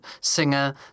singer